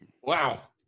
Wow